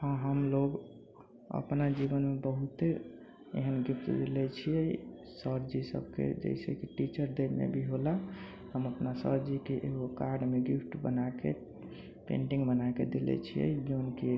हँ हमलोग अपना जीवन मे बहुते एहन गिफ्ट लै छियै सर जी सबके जैसेकी टीचर डेमे होला हम अपना सर जी के एगो कार्डमे गिफ्ट बनाए के पेन्टिंग बनाए के देले छियै जौनकी